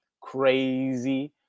Crazy